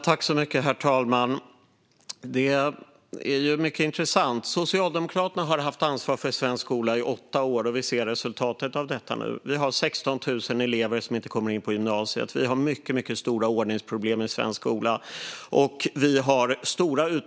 Herr talman! Det är mycket intressant. Socialdemokraterna har haft ansvar för svensk skola i åtta år, och nu ser man resultatet. Det finns 16 000 elever som inte kommer in på gymnasiet. Det är mycket, mycket stora ordningsproblem i svensk skola.